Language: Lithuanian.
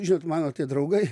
žinot mano draugai